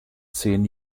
zehn